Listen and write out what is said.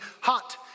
hot